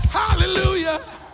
hallelujah